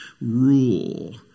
rule